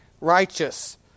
righteous